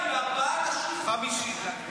--- ארבעה אנשים.